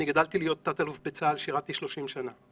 אני גדלתי להיות תת-אלוף בצה"ל, שירתי 30 שנה.